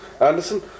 Anderson